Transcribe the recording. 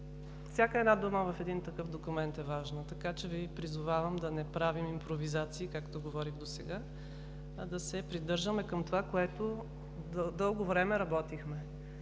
Всяка една дума в такъв документ е важна! Призовавам Ви да не правим импровизации, както говорих досега, а да се придържаме към това, по което дълго време работихме.